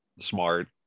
smart